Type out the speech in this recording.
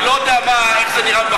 אני לא יודע איך זה נראה מבחוץ,